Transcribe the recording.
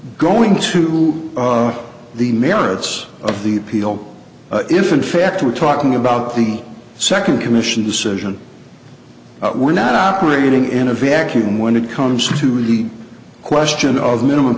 going to the merits of the appeal if in fact we're talking about the second commission the session we're not operating in a vacuum when it comes to the question of minimum